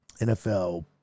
NFL